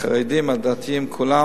החרדים, הדתיים, כולם